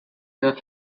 your